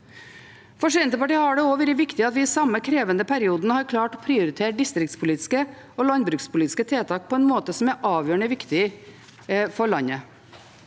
For Senterpartiet har det også vært viktig at vi i den samme krevende perioden har klart å prioritere distriktspolitiske og landbrukspolitiske tiltak på en måte som er avgjørende viktig for landet.